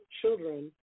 children